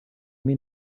mean